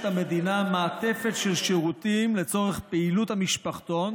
המדינה מעטפת של שירותים לצורך פעילות המשפחתון